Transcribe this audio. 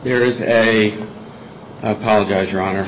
there is a i apologize your honor